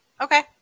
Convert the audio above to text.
Okay